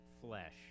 flesh